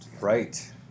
Right